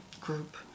Group